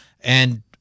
And-